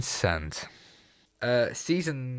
season